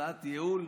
הצעת ייעול,